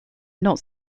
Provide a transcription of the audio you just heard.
not